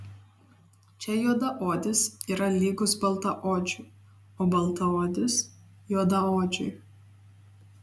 čia juodaodis yra lygus baltaodžiui o baltaodis juodaodžiui